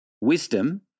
wisdom